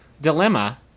Dilemma